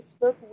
Facebook